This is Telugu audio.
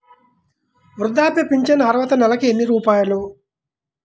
వృద్ధాప్య ఫింఛను అర్హత నెలకి ఎన్ని రూపాయలు?